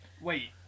Wait